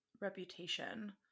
Reputation